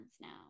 now